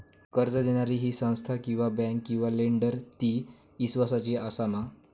कर्ज दिणारी ही संस्था किवा बँक किवा लेंडर ती इस्वासाची आसा मा?